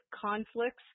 conflicts